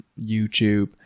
YouTube